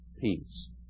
peace